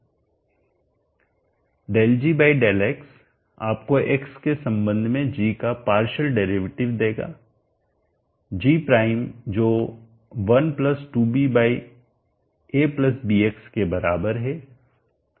∂g∂x आपको x के संबंध में g का पार्शियल डेरिवेटिव देगा gˊ g प्राइम जो 1abx के बराबर है